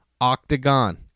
octagon